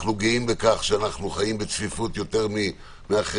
אנחנו גאים בכך שאנו חיים בצפיפות יותר מאחרים,